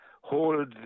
hold